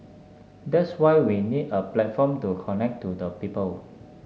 that's why we need a platform to connect to the people